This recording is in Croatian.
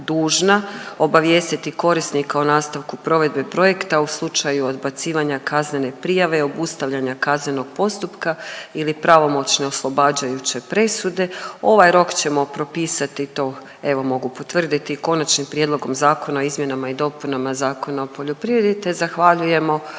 obavijestiti korisnika o nastavku provedbe projekta u slučaju odbacivanja kaznene prijave i obustavljanja kaznenog postupka ili pravomoćne oslobađajuće presude, ovaj rok ćemo propisati to, evo, mogu potvrditi, konačnim prijedlogom zakona o izmjenama i dopunama Zakona o poljoprivredi te zahvaljujemo